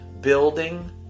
building